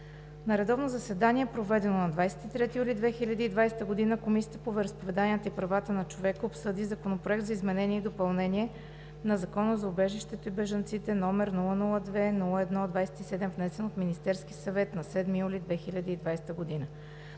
На редовно заседание, проведено на 23 юли 2020 г., Комисията по вероизповеданията и правата на човека обсъди Законопроект за изменение и допълнение на Закона за убежището и бежанците, № 002-01-27, внесен от Министерския съвет на 7 юли 2020 г.